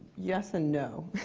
yes and no.